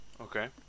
Okay